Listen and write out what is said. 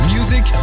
Music